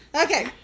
Okay